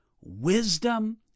wisdom